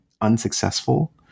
unsuccessful